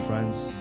friends